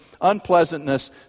unpleasantness